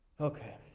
Okay